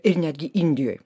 ir netgi indijoj